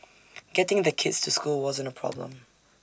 getting the kids to school wasn't A problem